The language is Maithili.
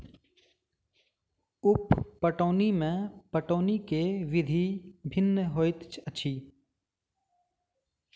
उप पटौनी मे पटौनीक विधि भिन्न होइत अछि